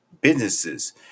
businesses